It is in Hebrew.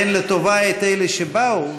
אני מציין לטובה את אלה שבאו,